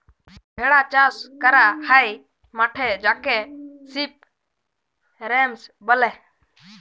ভেড়া চাস ক্যরা হ্যয় মাঠে যাকে সিপ রাঞ্চ ব্যলে